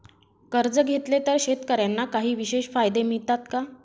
कर्ज घेतले तर शेतकऱ्यांना काही विशेष फायदे मिळतात का?